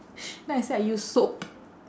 then I say I use soap